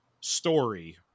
story